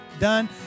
done